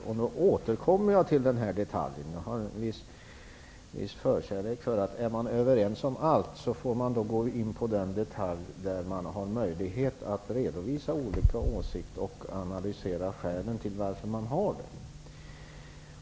Jag återkommer till en sak som jag nämnde tidigare: Är man överens om i stort sett allt, bör man gå in på detaljer och möjligen redovisa olika åsikter och analysera skälen därtill.